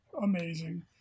Amazing